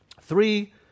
Three